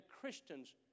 Christians